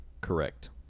Correct